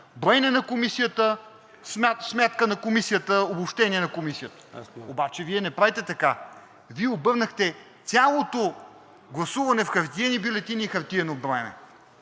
броене на комисията, сметка на комисията, обобщение на комисията. Обаче Вие не правите така. Вие обърнахте цялото гласуване в хартиени бюлетини и хартиено броене.